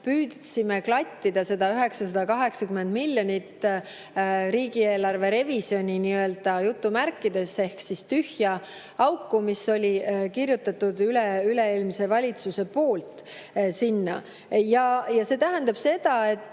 püüdsime klattida seda 980 miljonit riigieelarve revisjoni nii-öelda jutumärkides ehk tühja auku, mis oli kirjutatud üleüle-eelmise valitsuse poolt sinna. See tähendab seda, et